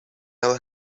our